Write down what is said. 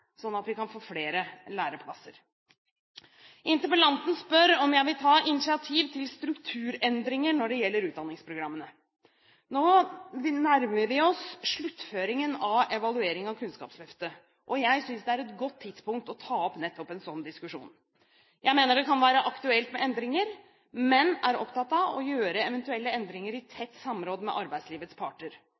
at vi kan få flere læreplasser. Interpellanten spør om jeg vil ta initiativ til strukturendringer når det gjelder utdanningsprogrammene. Nå nærmer vi oss sluttføringen av evalueringen av Kunnskapsløftet. Jeg synes det er et godt tidspunkt å ta opp nettopp en slik diskusjon. Jeg mener det kan være aktuelt med endringer, men er opptatt av å gjøre eventuelle endringer i tett samarbeid med arbeidslivets parter.